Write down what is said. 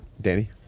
Danny